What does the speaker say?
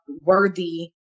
worthy